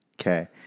Okay